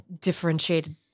differentiated